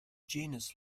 genus